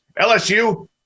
LSU